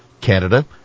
Canada